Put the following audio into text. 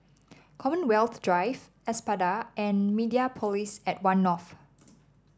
Commonwealth Drive Espada and Mediapolis at One North